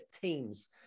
teams